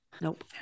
Nope